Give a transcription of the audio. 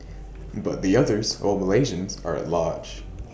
but the others all Malaysians are at large